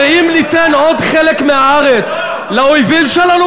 שאם ניתן עוד חלק מהארץ לאויבים שלנו,